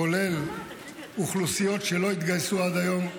כולל אוכלוסיות שלא התגייסו עד היום,